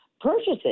purchases